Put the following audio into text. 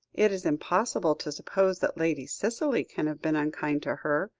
it is impossible to suppose that lady cicely can have been unkind to her,